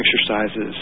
exercises